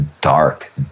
dark